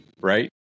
Right